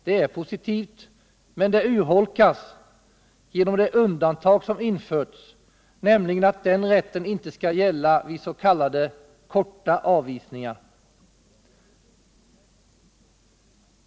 Det är positivt, men det urholkas genom det undantag som införts, nämligen att den rätten inte skall gälla vid s.k. korta avvisningar.